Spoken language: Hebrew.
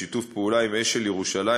בשיתוף פעולה עם אש"ל ירושלים,